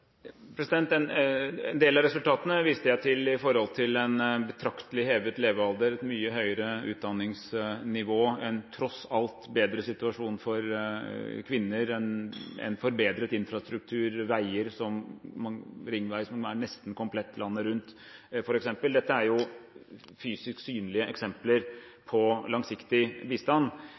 En del av resultatene viste jeg til: en betraktelig hevet levealder, et mye høyere utdanningsnivå, en – tross alt – bedre situasjon for kvinner, en forbedret infrastruktur, veier og en ringvei som er nesten komplett landet rundt, f.eks. Dette er fysisk synlige eksempler på langsiktig bistand.